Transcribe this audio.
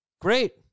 Great